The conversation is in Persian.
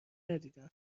ندیدم